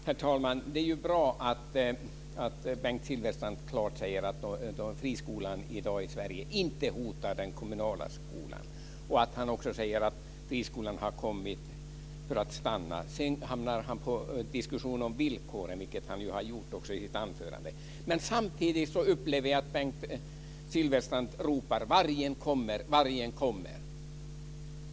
Herr talman! Det är bra att Bengt Silfverstrand klart säger att friskolan i dag i Sverige inte hotar den kommunala skolan och att han också säger att friskolan har kommit för att stanna. Sedan hamnar han i en diskussion om villkoren, vilket han också gjorde i sitt anförande. Samtidigt upplever jag att Bengt Silfverstrand ropar: Vargen kommer, vargen kommer!